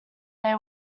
they